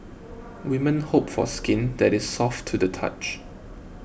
women hope for skin that is soft to the touch